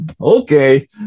Okay